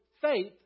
faith